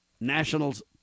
Nationals